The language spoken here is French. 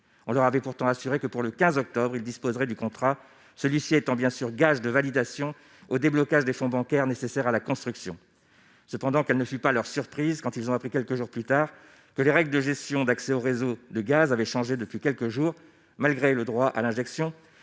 on leur avait pourtant assuré que pour le 15 octobre il disposerait du contrat, celui-ci étant bien sûr gage de validation au déblocage des fonds bancaires nécessaires à la construction cependant qu'elle ne fut pas leur surprise quand ils ont appris quelques jours plus tard que les règles de gestion d'accès au réseau de gaz avait changé depuis quelques jours, malgré le droit à l'injection